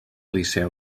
liceu